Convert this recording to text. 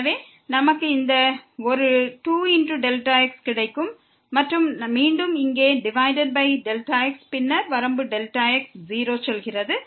எனவே நமக்கு இந்த ஒரு 2Δx கிடைக்கும் மற்றும் மீண்டும் இங்கே டிவைடட் பை Δx பின்னர் வரம்பு Δx 0க்கு செல்கிறது